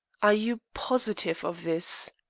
are you positive of this?